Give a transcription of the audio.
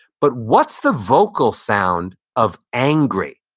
but what's the vocal sound of angry?